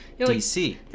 dc